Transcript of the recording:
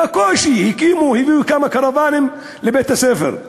בקושי הקימו, הביאו כמה קרוונים לבית-הספר.